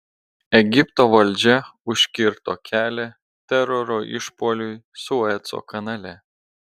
egipto valdžia užkirto kelią teroro išpuoliui sueco kanale